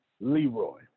Leroy